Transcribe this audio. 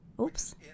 Oops